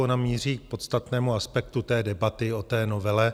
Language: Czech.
Ona míří k podstatnému aspektu té debaty o té novele.